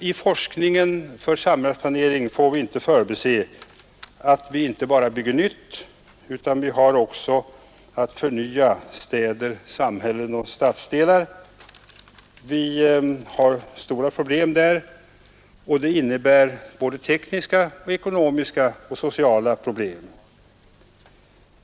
I forskningen om samhällsplanering får vi emellertid inte förbise att vi inte bara bygger nytt utan också har att förnya städer, samhällen och stadsdelar. Där finns stora problem av såväl teknisk och ekonomisk som social art.